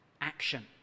action